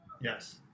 Yes